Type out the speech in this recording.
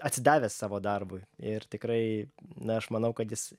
atsidavęs savo darbui ir tikrai na aš manau kad jis